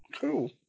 cool